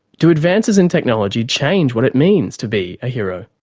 do advances in technology change what it means to be a hero?